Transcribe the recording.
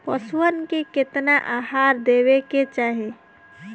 पशुअन के केतना आहार देवे के चाही?